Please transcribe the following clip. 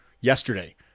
yesterday